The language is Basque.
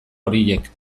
horiek